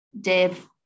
Dave